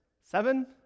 seven